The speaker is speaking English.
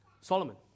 Solomon